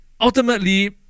ultimately